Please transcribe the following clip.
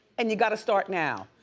and you gotta start now.